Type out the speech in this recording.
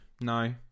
No